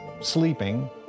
sleeping